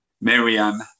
Marianne